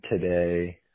today